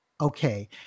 Okay